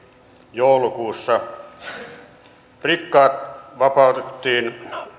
joulukuussa kaksituhattaviisi rikkaat vapautettiin